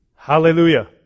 Hallelujah